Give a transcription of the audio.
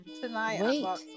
tonight